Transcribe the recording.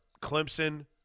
Clemson